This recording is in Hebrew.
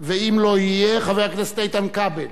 ואם לא יהיה, חבר הכנסת איתן כבל,